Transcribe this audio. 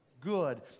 good